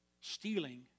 Stealing